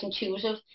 intuitive